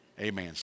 Amen